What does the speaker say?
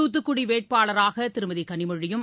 தூத்துக்குடி வேட்பாளராக திருமதி கனிமொழியும்